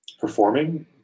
performing